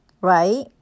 Right